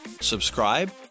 subscribe